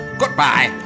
Goodbye